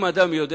אם אדם יודע